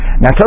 Now